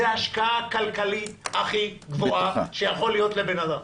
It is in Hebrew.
זאת השקעה כלכלית הכי גבוהה שיכולה להיות לבן אדם.